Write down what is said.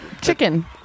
chicken